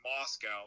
moscow